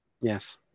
Yes